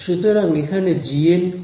সুতরাং এখানে gn কি